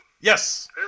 Yes